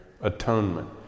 atonement